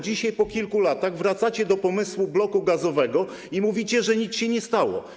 Dzisiaj, po kilku latach, wracacie do pomysłu bloku gazowego i mówicie, że nic się nie stało.